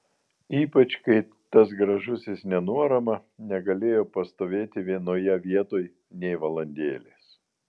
ypač kai tas gražusis nenuorama negalėjo pastovėti vienoje vietoj nė valandėlės